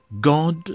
God